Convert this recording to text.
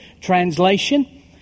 Translation